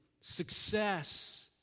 success